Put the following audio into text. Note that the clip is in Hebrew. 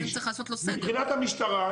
מבחינת המשטרה,